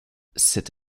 cette